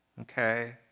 okay